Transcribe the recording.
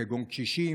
כגון קשישים,